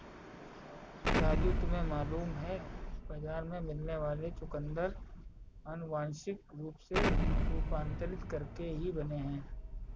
राजू तुम्हें मालूम है बाजार में मिलने वाले चुकंदर अनुवांशिक रूप से रूपांतरित करके ही बने हैं